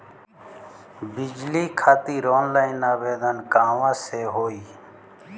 बिजली खातिर ऑनलाइन आवेदन कहवा से होयी?